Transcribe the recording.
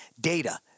data